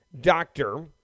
doctor